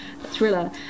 thriller